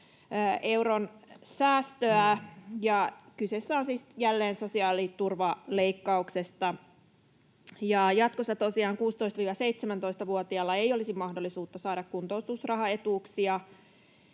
euron säästöä, ja kyse on siis jälleen sosiaaliturvaleikkauksesta. Jatkossa tosiaan 16—17-vuotiailla ei olisi mahdollisuutta saada kuntoutusrahaetuuksia,